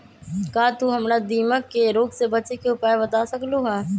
का तू हमरा दीमक के रोग से बचे के उपाय बता सकलु ह?